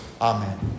amen